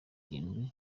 irindwi